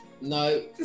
No